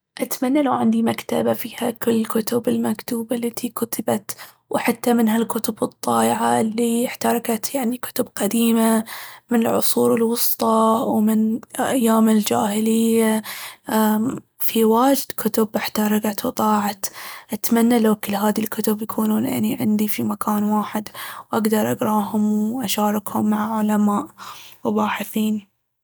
أتمنى لو عندي مكتبة فيها كل الكتب المكتوبة التي كتبت، وحتى من هالكتب الضايعة الي احرتقت، يعني كتب قديمة من العصور الوسطى ومن أيام الجاهلية. أمم في واجد كتب احترقت وضاعت، أتمنى لو كل هاذي الكتب يكونون أني عندي في مكان واحد، أقدر أقراهم وأشاركهم مع علماء وباحثين.